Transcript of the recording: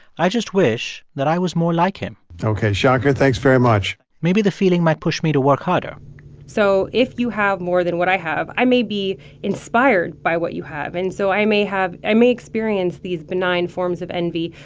i just wish that i was more like him ok, shankar, thanks very much maybe the feeling might push me to work harder so if you have more than what i have, i may be inspired by what you have. and so i may have i may experience these benign forms of envy,